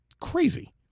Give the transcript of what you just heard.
Crazy